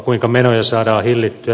kuinka menoja saadaan hillittyä